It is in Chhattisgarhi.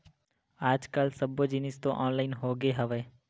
आज कल सब्बो जिनिस तो ऑनलाइन होगे हवय